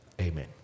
Amen